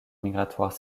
migratoire